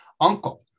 uncle